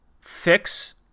fix